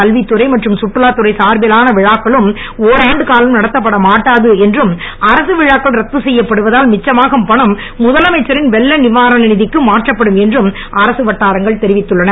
கல்வித்துறை மற்றும் சுற்றுலாத்துறை சார்பிலான விழாக்களும் ஒராண்டு காலம் நடத்தப்பட மாட்டாது என்றும் அரசு விழாக்கள் ரத்து செய்யப்படுவதால் மிச்சமாகும் பணம் முதலமைச்சரின் வெள்ள நிவாரண நிதிக்கு மாற்றப்படும் என்றும் அரசு வட்டாரங்கள் தெரிவித்துள்ளன